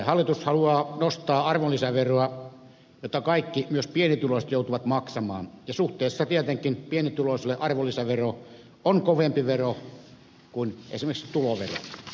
hallitus haluaa nostaa arvonlisäveroa jota kaikki myös pienituloiset joutuvat maksamaan ja suhteessa tietenkin pienituloiselle arvonlisävero on kovempi vero kuin esimerkiksi tulovero